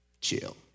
Chill